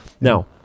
Now